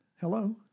Hello